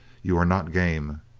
you are not game.